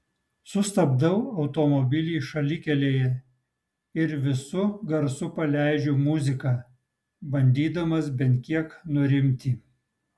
sustabdau automobilį šalikelėje ir visu garsu paleidžiu muziką bandydamas bent kiek nurimti